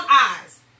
eyes